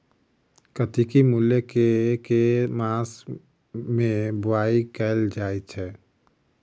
कत्की मूली केँ के मास मे बोवाई कैल जाएँ छैय?